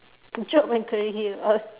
job and career o~